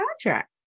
contract